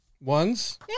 Ones